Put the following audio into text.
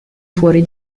fuori